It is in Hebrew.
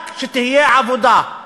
רק שתהיה עבודה.